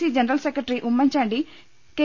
C general secretary Oommen Chandy K